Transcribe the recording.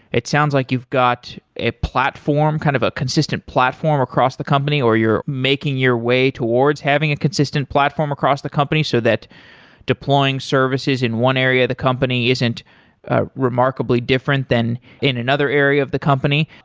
it sounds like you've got a platform, kind of a consistent platform across the company or you're making your way towards having a consistent platform across the company so that deploying services in one area of the company isn't ah remarkably different than in another area of the company.